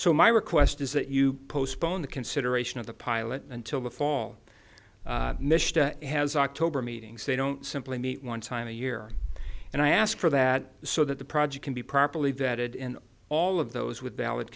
so my request is that you postpone the consideration of the pilot until the fall mischka has october meetings they don't simply meet one time a year and i ask for that so that the project can be properly vetted in all of those with valid